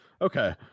Okay